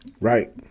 Right